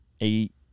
eight